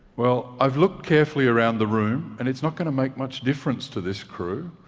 well, i've looked carefully around the room and it's not going to make much difference to this crew.